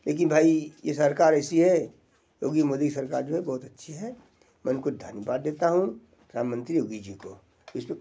लेकिन भाई ये सरकार ऐसी है योगी मोदी सरकार जो है बहुत अच्छी है मैं इनको धन्यवाद देता हूँ प्रधानमंत्री योगी जी काे इस पर